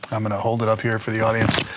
i'm going to hold it up here for the audience.